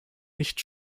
nicht